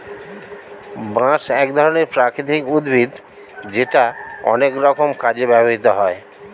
বাঁশ এক ধরনের প্রাকৃতিক উদ্ভিদ যেটা অনেক রকম কাজে ব্যবহৃত হয়